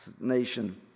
nation